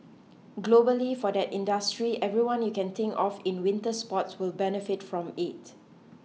globally for that industry everyone you can think of in winter sports will benefit from it